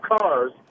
cars